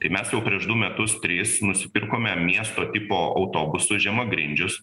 tai mes jau prieš du metus tris nusipirkome miesto tipo autobusus žemagrindžius